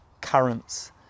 currents